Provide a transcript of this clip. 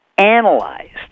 analyzed